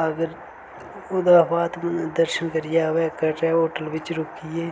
अगर ओह्दे शा बाद दर्शन करियै आवे कटड़ै होटल बिच्च रुकियै